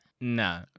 No